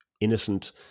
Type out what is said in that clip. innocent